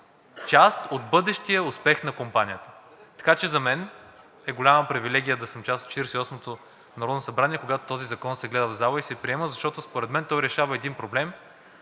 част от бъдещия успех на компанията. Така че за мен е голяма привилегия да съм част от Четиридесет и осмото народно събрание, когато този закон се гледа в зала и се приема, защото според мен той решава един проблем